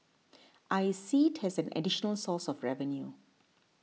I see it as an additional source of revenue